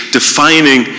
defining